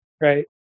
Right